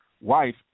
wife